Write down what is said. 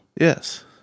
Yes